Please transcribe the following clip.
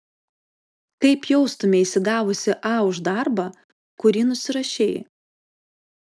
kaip jaustumeisi gavusi a už darbą kurį nusirašei